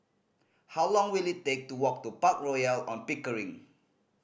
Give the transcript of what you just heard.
how long will it take to walk to Park Royal On Pickering